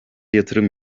yatırım